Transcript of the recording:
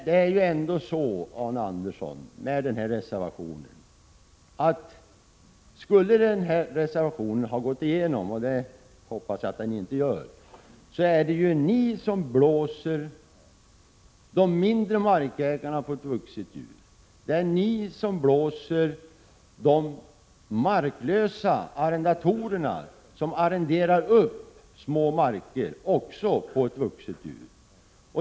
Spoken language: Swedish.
Det är ändå så, Arne Andersson, att om er reservation skulle bifallas, vilket jag hoppas inte blir fallet, så ”blåser” ni de mindre markägarna på ett 51 vuxet djur. Ni ”blåser” också de marklösa arrendatorerna som arrenderar små marker på ett vuxet djur.